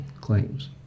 claims